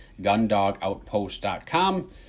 gundogoutpost.com